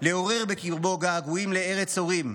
לעורר בקרבו געגועים לארץ הורים,